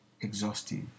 exhaustive